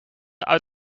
uit